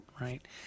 Right